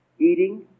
eating